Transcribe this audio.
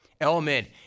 Element